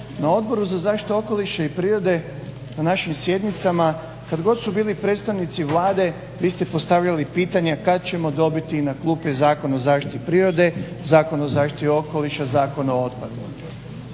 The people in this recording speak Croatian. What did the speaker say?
Na Odboru za zaštitu okoliša i prirode na našim sjednicama kad god su bili predstavnici Vlade vi ste postavljali pitanje kad ćemo dobiti na klupe Zakon o zaštiti prirode, Zakon o zaštiti okoliša, Zakon o otpadu.